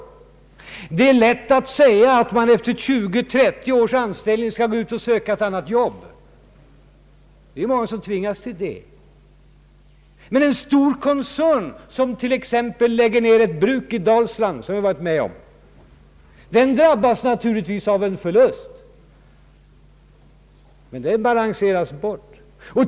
Det är lätt att säga att han efter 20—30 års anställning skall gå ut och söka ett annat jobb. Det är många som tvingas till det. En stor koncern, som t.ex. lägger ned ett bruk i Dalsland, vilket förekommit, drabbas naturligtvis av en förlust, men den balanseras bort.